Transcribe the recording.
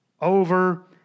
over